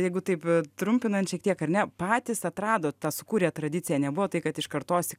jeigu taip trumpinant šiek tiek ar ne patys atrado tą sukūrė tradiciją nebuvo tai kad iš kartos į